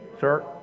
Sir